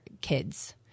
kids